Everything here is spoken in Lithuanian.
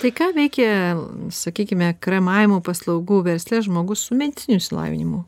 tai ką veikia sakykime kremavimo paslaugų versle žmogus su medicininiu išsilavinimu